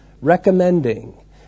recommending